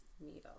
needle